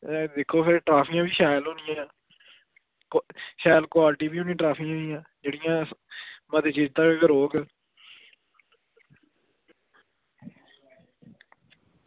ते दिक्खो फिर ट्रॉफियां बी शैल होनियां शैल क्वालिटी बी होनी ट्रॉफियें दियां जेह्ड़ी मते चिर धोड़ी रौह्ग